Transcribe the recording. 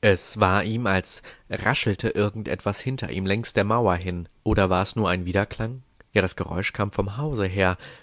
es war ihm als raschelte irgend etwas hinter ihm längs der mauer hin oder war's nur ein widerklang ja das geräusch kam vom hause her